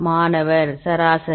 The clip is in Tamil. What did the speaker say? மாணவர் சராசரி